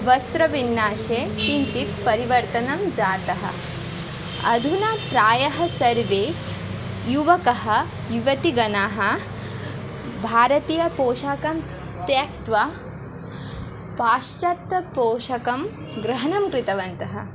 वस्त्रविन्यासे किञ्चित् परिवर्तनं जातम् अधुना प्रायः सर्वे युवकः युवतिगणाः भारतीय पोषाखं त्यक्त्वा पाश्चात्य पोषाखग्रहणं कृतवन्तः